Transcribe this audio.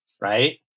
right